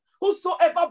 Whosoever